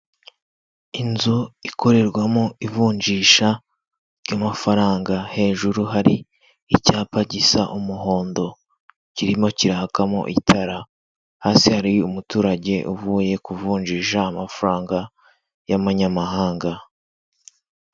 Inzu ikorerwamo ivunjisha ry'amafaranga hejuru hari icyapa gisa umuhondo, kirimo kirahakamo itara, hasi hari umuturage uvuye kuvunjisha amafaranga y'amanyamahanga.